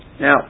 Now